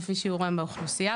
כפי שיעורם באוכלוסייה,